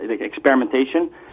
experimentation